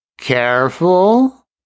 Careful